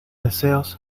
deseos